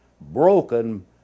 broken